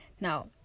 Now